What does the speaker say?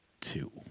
two